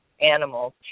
animals